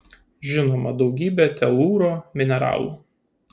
žinoma daugybė telūro mineralų